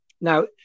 Now